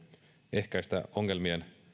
ehkäistä ongelmien